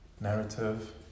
narrative